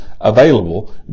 available